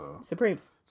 Supremes